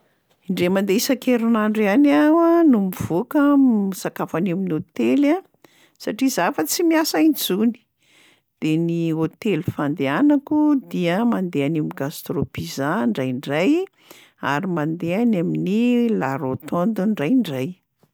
Indray mandeha isan-kerinandro ihany aho a no mivoaka m- misakafo any amin'ny hôtely a satria za fa tsy miasa intsony, de ny hôtely fandehanako dia mandeha any am'gastro pizza ndraindray ary mandeha any amin'ny la rotonde ndraindray.